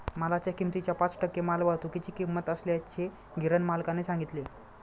मालाच्या किमतीच्या पाच टक्के मालवाहतुकीची किंमत असल्याचे गिरणी मालकाने सांगितले